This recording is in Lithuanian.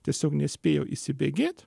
tiesiog nespėjo įsibėgėt